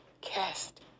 cast